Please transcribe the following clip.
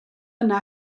yna